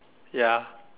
ya